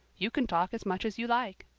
you can talk as much as you like.